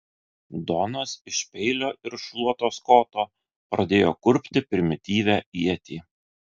donas iš peilio ir šluotos koto pradėjo kurpti primityvią ietį